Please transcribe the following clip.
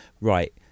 right